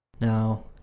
Now